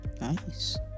nice